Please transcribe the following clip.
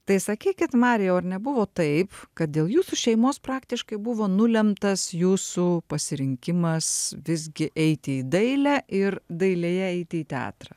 tai sakykit marijau ar nebuvo taip kad dėl jūsų šeimos praktiškai buvo nulemtas jūsų pasirinkimas visgi eiti į dailę ir dailėje eiti į teatrą